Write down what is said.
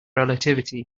relativity